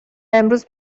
امروز